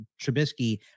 Trubisky